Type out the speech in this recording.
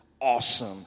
awesome